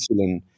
insulin